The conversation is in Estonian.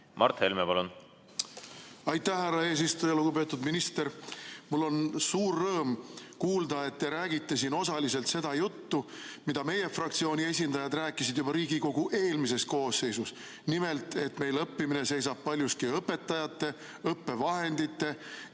Mart Helme, palun! Aitäh, härra eesistuja! Lugupeetud minister! Mul on suur rõõm kuulda, et te räägite siin osaliselt seda juttu, mida meie fraktsiooni esindajad rääkisid juba Riigikogu eelmises koosseisus. Nimelt, et õppimine seisab paljuski õpetajate, õppevahendite